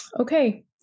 Okay